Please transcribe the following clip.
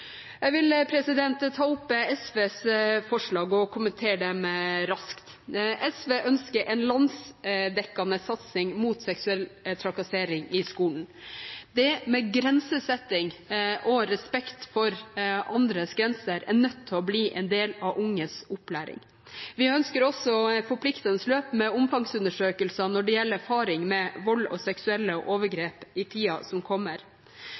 Jeg vil ta opp SVs forslag og kommentere dem raskt. SV ønsker en landsdekkende satsing mot seksuell trakassering i skolen. Grensesetting og respekt for andres grenser er nødt til å bli en del av unges opplæring. Vi ønsker et forpliktende løp med omfangsundersøkelser når det gjelder erfaring med vold og seksuelle overgrep, i tiden som kommer.